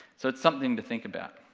so it's something to think about.